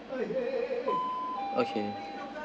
okay